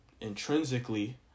intrinsically